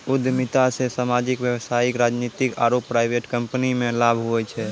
उद्यमिता से सामाजिक व्यवसायिक राजनीतिक आरु प्राइवेट कम्पनीमे लाभ हुवै छै